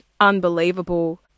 unbelievable